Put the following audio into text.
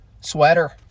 sweater